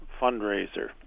fundraiser